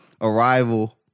Arrival